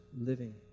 living